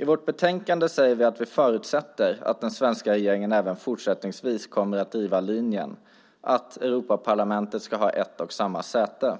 I vårt betänkande säger vi att vi förutsätter att den svenska regeringen även fortsättningsvis kommer att driva linjen att Europaparlamentet ska ha ett och samma säte.